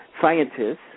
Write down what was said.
scientists